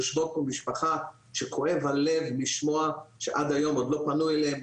יושבות פה משפחות שכואב הלב לשמוע שעד היום עוד לא פנו אליהם.